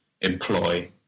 employ